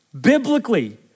biblically